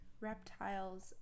reptiles